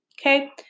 Okay